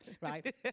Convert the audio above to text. right